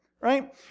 right